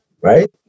Right